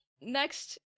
next